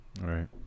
Right